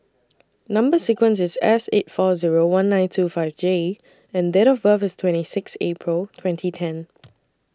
Number sequence IS S eight four Zero one nine two five J and Date of birth IS twenty six April twenty ten